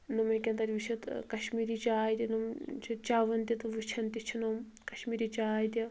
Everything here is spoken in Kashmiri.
نۄم ہیٚکن تتہِ وُچھتھ کشمیٖری چاے تہِ نۄم چھِ چیٚوان تہِ تہِ وُچھان تہِ نۄم کشمیری چاے تہِ